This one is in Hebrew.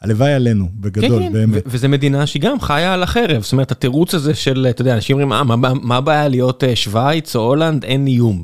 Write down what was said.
הלוואי עלינו בגדול באמת. כן כן, וזו מדינה שגם חיה על החרב, זאת אומרת התירוץ הזה של, אתה יודע, אנשים הם עם, מה בעיה להיות שוויץ או הולנד, אין איום.